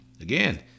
Again